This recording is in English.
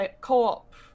co-op